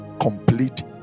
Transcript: complete